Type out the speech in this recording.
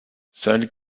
seul